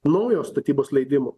naujo statybos leidimo